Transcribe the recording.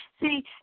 See